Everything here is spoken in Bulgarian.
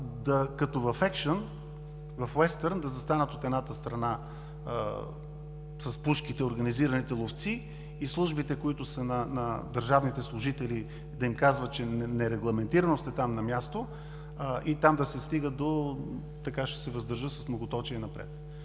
като в екшън, в уестърн, да застанат от едната страна с пушките организираните ловци и службите, които са на държавните служители, да им казват, че нерегламентирано сте там на място и там да се стига до… Така ще се въздържа – с многоточие напред.